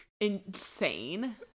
Insane